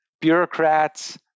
bureaucrats